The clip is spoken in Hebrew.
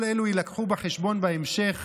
כל אלו יובאו בחשבון בהמשך